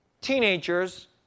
teenagers